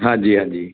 ਹਾਂਜੀ ਹਾਂਜੀ